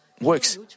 works